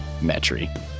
metry